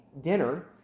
dinner